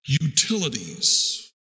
utilities